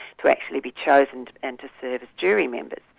to actually be chosen and to serve as jury members.